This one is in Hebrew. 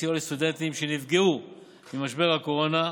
סיוע לסטודנטים שנפגעו ממשבר הקורונה,